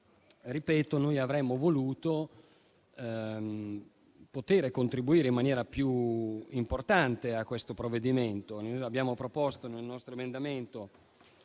ripeto - noi avremmo voluto contribuire in maniera più importante a questo provvedimento. Noi abbiamo proposto nel nostro emendamento